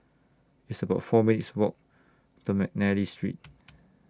It's about four minutes' Walk to Mcnally Street